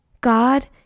God